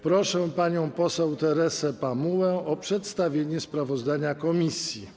Proszę panią poseł Teresę Pamułę o przedstawienie sprawozdania komisji.